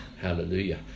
Hallelujah